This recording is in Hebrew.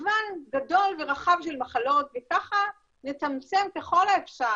מגוון גדול ורחב של מחלות וככה נצמצם ככל האפשר